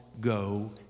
go